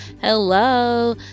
hello